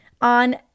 on